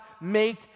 make